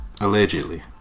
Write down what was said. allegedly